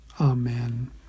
Amen